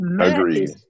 Agreed